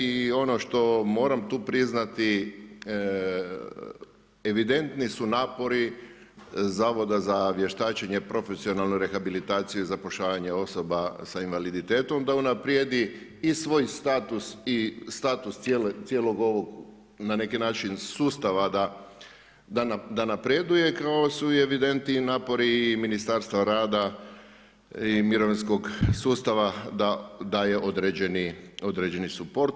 I ono što moram tu priznati evidentni su napori Zavoda za vještačenje, profesionalnu rehabilitaciju i zapošljavanje osoba s invaliditetom da unaprijedi i svoj status i status cijelog ovog sustava da napreduje kao su evidentni napori i Ministarstva rada i mirovinskog sustava daje određeni suport.